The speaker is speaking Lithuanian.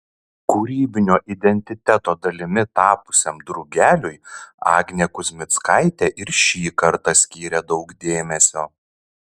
kūrybinio identiteto dalimi tapusiam drugeliui agnė kuzmickaitė ir šį kartą skyrė daug dėmesio